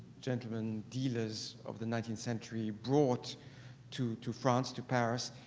gentlemen dealers of the nineteenth century brought to to france to paris,